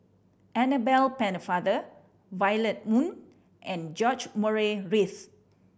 Annabel Pennefather Violet Oon and George Murray Reith